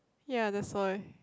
ya that's why